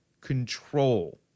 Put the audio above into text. control